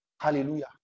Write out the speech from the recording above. hallelujah